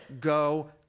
go